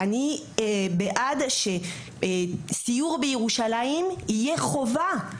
אני בעד שסיור בירושלים יהיה חובה.